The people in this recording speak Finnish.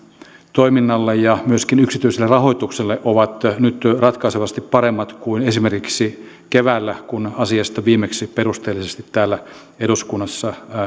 toiminnalle ja myöskin yksityiselle rahoitukselle ovat nyt ratkaisevasti paremmat kuin esimerkiksi keväällä kun asiasta viimeksi perusteellisesti täällä eduskunnassa